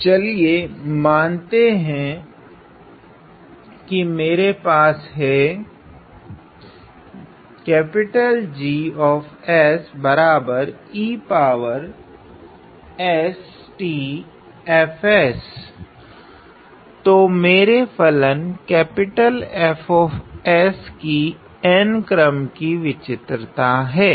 तो चलिए मानते है कि मेरे पास है G estF मेरे फलन F कि n क्रम कि विचित्रता हैं